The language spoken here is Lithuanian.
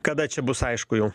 kada čia bus aišku jau